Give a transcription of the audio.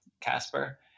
Casper